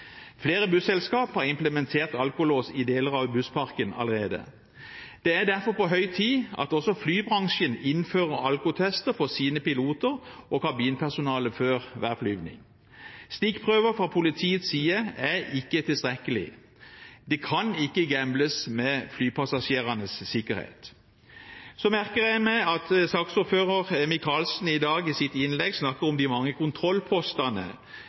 Flere busselskap har implementert alkolås i deler av bussparken allerede. Det er derfor på høy tid at også flybransjen innfører alkotester for sine piloter og kabinpersonale før hver flygning. Stikkprøver fra politiets side er ikke tilstrekkelig. Det kan ikke gambles med flypassasjerenes sikkerhet. Så merker jeg meg at saksordfører Michaelsen i dag i sitt innlegg snakker om de mange